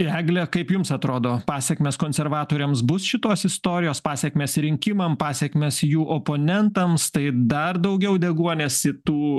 egle kaip jums atrodo pasekmės konservatoriams bus šitos istorijos pasekmės rinkimam pasekmės jų oponentams tai dar daugiau deguonies į tų